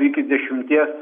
iki dešimties